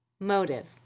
Motive